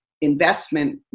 investment